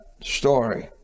story